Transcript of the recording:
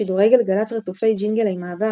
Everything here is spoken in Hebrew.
שידורי גלגלצ רצופי ג'ינגלי מעבר,